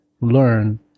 learn